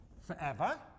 forever